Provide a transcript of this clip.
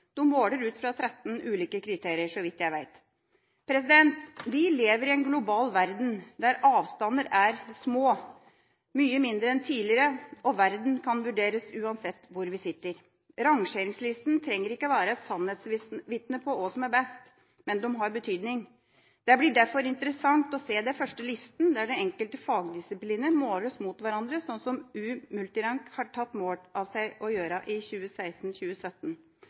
De måler ut fra 13 ulike kriterier, så vidt jeg vet. Vi lever i en global verden der avstander er små, mye mindre enn tidligere, og verden kan vurderes uansett hvor vi sitter. Rangeringslistene trenger ikke være et sannhetsvitne på hva som er best, men de har betydning. Det blir derfor interessant å se de første listene der de enkelte fagdisipliner måles mot hverandre, slik som U-Multirank har tatt mål av seg til å gjøre i